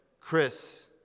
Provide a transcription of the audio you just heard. Chris